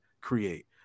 create